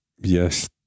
yes